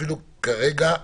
אפילו כרגע,